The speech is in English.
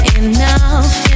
enough